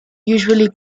usually